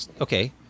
Okay